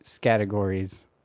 categories